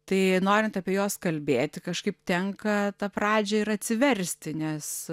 tai norint apie juos kalbėti kažkaip tenka tą pradžią ir atsiversti nes